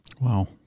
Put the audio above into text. Wow